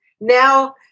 now